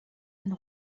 une